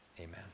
amen